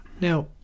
Now